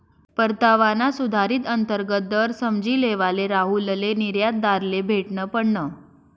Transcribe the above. परतावाना सुधारित अंतर्गत दर समझी लेवाले राहुलले निर्यातदारले भेटनं पडनं